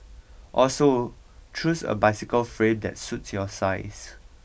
also choose a bicycle frame that suits your size